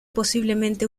posiblemente